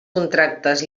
contractes